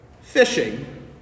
fishing